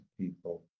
people